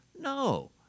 No